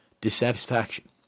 dissatisfaction